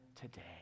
today